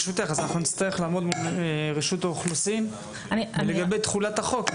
נצטרך לעבוד מול רשות האוכלוסין ולבדוק שם מה קורה לגבי תחולת החוק.